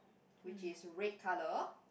which is red colour